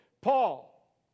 Paul